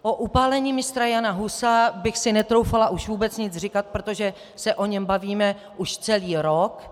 O upálení Mistra Jana Husa bych si netroufala už vůbec nic říkat, protože se o něm bavíme už celý rok.